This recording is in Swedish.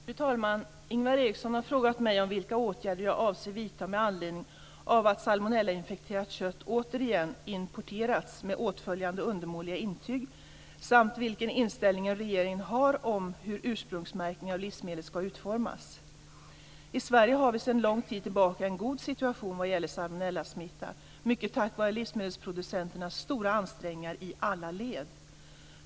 Fru talman! Ingvar Eriksson har frågat mig vilka åtgärder jag avser att vidta med anledning av att salmonellainfekterat kött återigen importerats med åtföljande undermåliga intyg samt vilken inställning regeringen har om hur ursprungsmärkning av livsmedel ska utformas. I Sverige har vi sedan lång tid tillbaka en god situation vad gäller salmonellasmitta, mycket tack vare livsmedelsproducenternas stora ansträngningar i alla led.